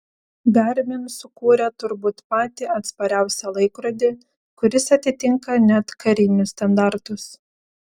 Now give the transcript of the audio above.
garmin sukūrė turbūt patį atspariausią laikrodį kuris atitinka net karinius standartus